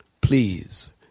Please